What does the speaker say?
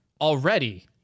already